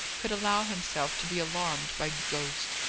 could allow himself to be alarmed by ghosts.